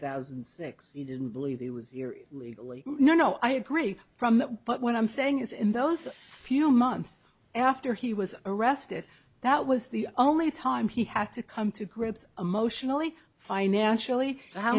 thousand and six he didn't believe he was here legally no no i agree from that but what i'm saying is in those few months after he was arrested that was the only time he had to come to grips emotionally financially how